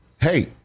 Hey